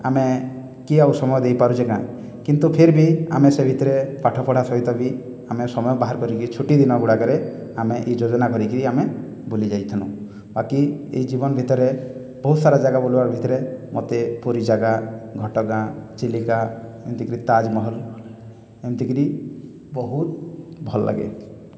ଆମେ କିଏ ଆଉ ସମୟ ଦେଇପାରୁଚେ କାଁ କିନ୍ତୁ ଫିର୍ ବି ଆମେ ସେ ଭିତ୍ରେ ପାଠପଢ଼ା ସହିତ ବି ଆମ ସମୟ ବାହାର କରିକିରି ଛୁଟିଦିନ ଗୁଡ଼ାକରେ ଆମେ ଇ ଯୋଜନା କରିକିରି ଆମେ ବୁଲିଯାଇଥିଲୁଁ ବାକି ଏଇ ଜୀବନ ଭିତେରେ ବହୁତ୍ ସାରା ଜାଗା ବୁଲିବାର୍ ଭିତରେ ମତେ ପୁରୀ ଜାଗା ଘଟଗାଁ ଚିଲିକା ଏମିତିକରି ତାଜମହଲ୍ ଏମିତିକରି ବହୁତ୍ ଭଲ୍ ଲାଗେ